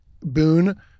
boon